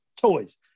toys